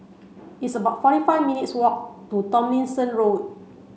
it's about forty five minutes' walk to Tomlinson Road